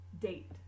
Date